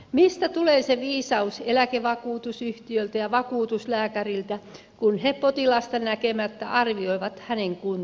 mistä tulee se viisaus eläkevakuutusyhtiöltä ja vakuutuslääkäriltä kun he potilasta näkemättä arvioivat hänen kuntonsa